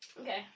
Okay